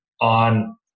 on